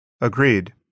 Agreed